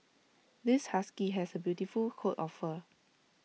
this husky has A beautiful coat of fur